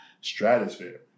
stratosphere